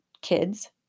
kids